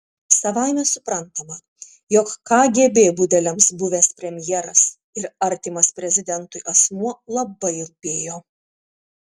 savaime suprantama jog kgb budeliams buvęs premjeras ir artimas prezidentui asmuo labai rūpėjo